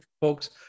folks